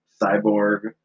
Cyborg